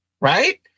right